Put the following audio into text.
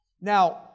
now